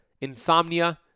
insomnia